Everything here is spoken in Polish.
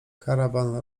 karawana